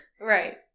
Right